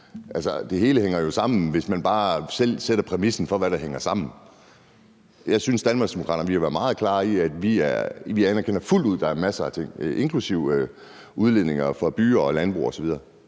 Det hele hænger jo sammen, hvis man bare selv sætter præmissen for, hvad der hænger sammen. Jeg synes, Danmarksdemokraterne har været meget klare i at sige, at vi fuldt ud anerkender, at der findes masser af ting inklusive udledninger fra byer og landbrug osv.